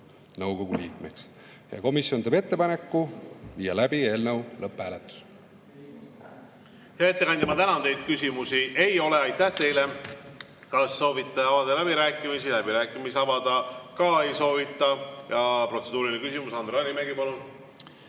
nõukogu liikmeks. Komisjon teeb ettepaneku viia läbi eelnõu lõpphääletus. Hea ettekandja, ma tänan teid! Küsimusi ei ole. Aitäh teile! Kas soovite avada läbirääkimisi? Läbirääkimisi avada ka ei soovita. Protseduuriline küsimus, Andre Hanimägi, palun!